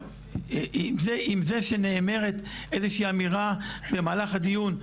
עם זה שנאמרת איזשהו אמירה במהלך הדיון,